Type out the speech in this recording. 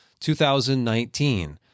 2019